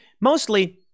Mostly